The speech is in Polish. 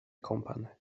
kąpany